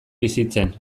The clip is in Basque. bizitzen